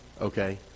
Okay